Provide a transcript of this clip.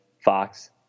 Fox